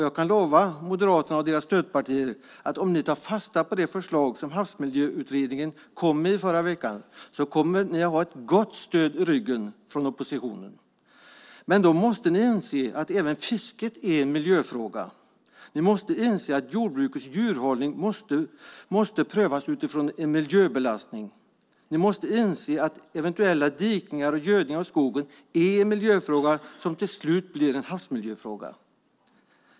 Jag kan lova Moderaterna och deras stödpartier att om ni tar fasta på det förslag som Havsmiljöutredningen kom med i förra veckan kommer ni att ha ett gott stöd i ryggen från oppositionen. Men då måste ni inse att även fisket är en miljöfråga. Ni måste inse att jordbrukets djurhållning måste prövas utifrån en miljöbelastning. Ni måste inse att eventuella dikningar och gödning av skogen är en miljöfråga som till slut blir en havsmiljöfråga.